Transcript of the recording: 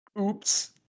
Oops